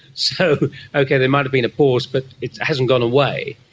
so okay, there might have been a pause, but it hasn't gone away.